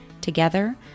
Together